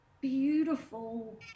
beautiful